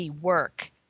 work